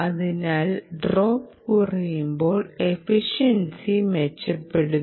അതിനാൽ ഡ്രോപ്പ് കുറയുമ്പോൾ എഫിഷൻസി മെച്ചപ്പെടുന്നു